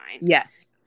yes